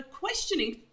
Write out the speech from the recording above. questioning